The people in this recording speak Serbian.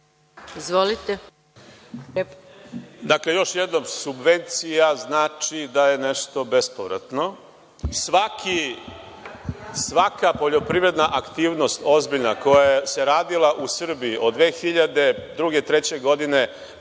Živković** Još jednom, subvencija znači da je nešto bespovratno. Svaka poljoprivredna aktivnosti, ozbiljna, koja se radila u Srbiji od 2002, 2003. godine,